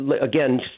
again